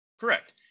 Correct